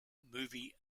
movie